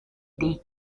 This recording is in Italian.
dei